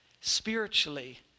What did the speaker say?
spiritually